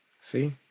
see